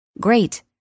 Great